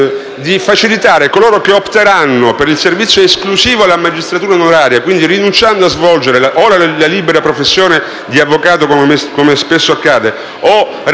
di facilitare coloro che opteranno per il servizio esclusivo alla magistratura onoraria, quindi rinunciando a svolgere o la libera professione di avvocato come spesso accade, o un eventuale